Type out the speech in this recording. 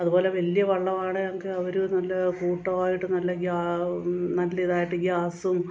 അതുപോലെ വലിയ വള്ളം ആണെങ്കിൽ അവർ നല്ല കൂട്ടമായിട്ട് നല്ല ഗ്യാ നല്ല ഇതായിട്ടു ഗ്യാസും